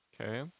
Okay